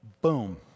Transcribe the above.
boom